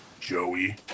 Joey